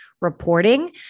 reporting